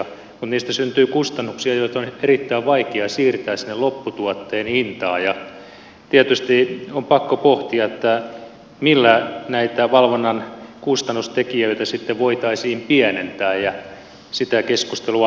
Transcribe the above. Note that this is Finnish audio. mutta niistä syntyy kustannuksia joita on erittäin vaikea siirtää sinne lopputuotteen hintaan ja tietysti on pakko pohtia millä näitä valvonnan kustannustekijöitä sitten voitaisiin pienentää ja sitä keskustelua on hyvä käydä